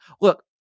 look